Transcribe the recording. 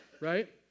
right